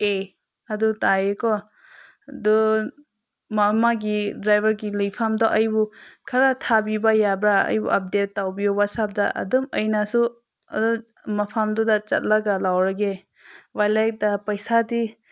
ꯑꯦ ꯑꯗꯨ ꯇꯥꯏꯌꯦꯀꯣ ꯑꯗꯨ ꯃꯥ ꯃꯥꯒꯤ ꯗ꯭ꯔꯥꯏꯕꯔꯒꯤ ꯂꯩꯐꯝꯗꯣ ꯑꯩꯕꯨ ꯈꯔ ꯊꯥꯕꯤꯕ ꯌꯥꯕ꯭ꯔꯥ ꯑꯩꯕꯨ ꯑꯕꯗꯦꯠ ꯇꯧꯕꯤꯌꯨ ꯋꯥꯆꯞꯇ ꯑꯗꯨꯝ ꯑꯩꯅꯁꯨ ꯑꯗꯨ ꯃꯐꯝꯗꯨꯗ ꯆꯠꯂꯒ ꯂꯧꯔꯒꯦ ꯋꯥꯜꯂꯦꯠꯇ ꯄꯩꯁꯥꯗꯤ